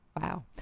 Wow